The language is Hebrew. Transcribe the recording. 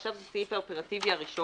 ועכשיו זה הסעיף האופרטיבי הראשון,